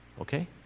Okay